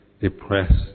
depressed